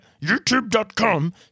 youtube.com